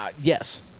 Yes